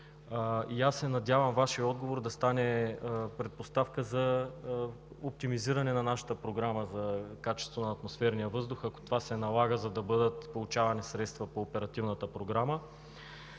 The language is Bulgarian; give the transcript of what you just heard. Аз се надявам Вашият отговор да стане предпоставка за оптимизиране на нашата програма за качеството на атмосферния въздух, ако това се налага, за да бъдат получавани средства по Оперативната програма,